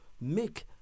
make